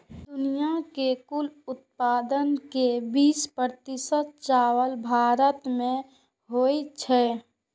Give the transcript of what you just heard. दुनिया के कुल उत्पादन के बीस प्रतिशत चावल भारत मे होइ छै